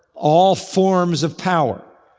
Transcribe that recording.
all forms of power.